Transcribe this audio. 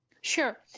Sure